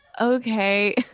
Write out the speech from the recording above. okay